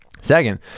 second